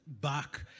back